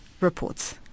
reports